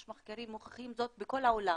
יש מחקרים שמוכיחים זאת בכל העולם.